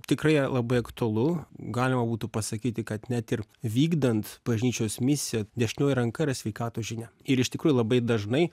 tikrai labai aktualu galima būtų pasakyti kad net ir vykdant bažnyčios misiją dešinioji ranka yra sveikatos žinia ir iš tikrųjų labai dažnai